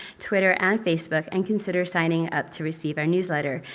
twitter, and facebook. and consider signing up to receive our newsletter,